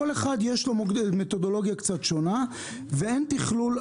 כל אחד יש לו מתודולוגיה קצת שונה, ואין תכלול.